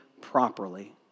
properly